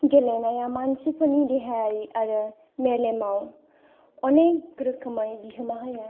गेलेनाया मानसिफोरनि देहायारि आरो मेलेमाव अनेख रोखोमै बिहोमा होयो